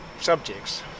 subjects